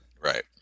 right